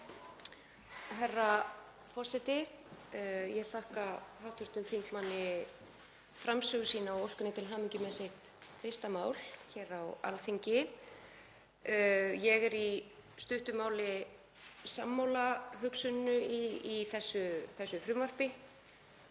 Herra forseti. Ég þakka hv. þingmanni framsögu sína og óska henni til hamingju með sitt fyrsta mál hér á Alþingi. Ég er í stuttu máli sammála hugsuninni í þessu frumvarpi.